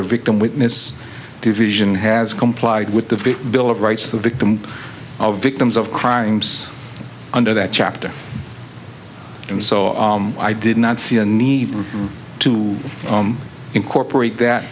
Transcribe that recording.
their victim witness division has complied with the bill of rights the victim of victims of crimes under that chapter and so i did not see a need to incorporate that